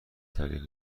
طریق